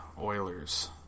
Oilers